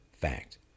fact